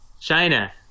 China